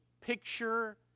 picture